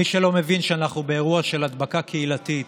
מי שלא מבין שאנחנו באירוע של הדבקה קהילתית